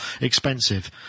expensive